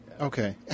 Okay